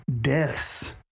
deaths